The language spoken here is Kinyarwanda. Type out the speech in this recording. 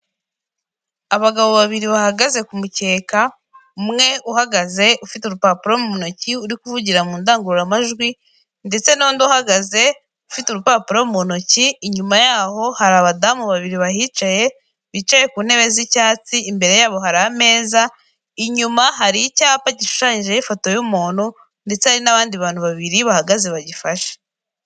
Abagabo babiri bahagaze ku kumukeka, umwe uhagaze ufite urupapuro mu ntoki uri kuvugira mu ndangururamajwi, ndetse n'undi uhagaze ufite urupapuro mu ntoki inyuma yaho hari abadamu babiri bahicaye bicaye ku ntebe z'icyatsi, imbere yabo hari ameza inyuma hari icyapa gishushanyijeho ifoto y'umuntu ndetse hari n'abandi bantu babiri bahagaze bagifashe.